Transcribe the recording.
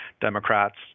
Democrats